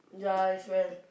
ya as well